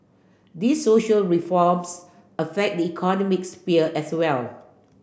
these social reforms affect the economic sphere as well